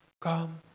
come